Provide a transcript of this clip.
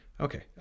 Okay